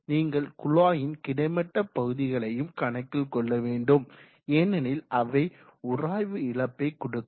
நீங்கள் குழாயின் கிடைமட்ட பகுதிகளையும் கணக்கில் கொள்ள வேண்டும் ஏனெனில் அவை உராய்வு இழப்பை கொடுக்கும்